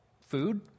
food